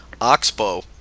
Oxbow